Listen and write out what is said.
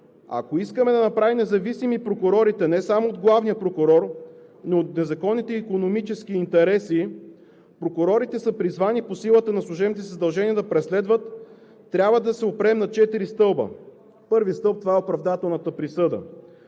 Ако искаме да направим независими прокурорите не само от главния прокурор, но и от незаконните икономически интереси – прокурорите са призвани по силата на служебните си задължения да преследват, трябва да се опрем на четири стълба. Първият стълб е оправдателната присъда,